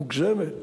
מוגזמת,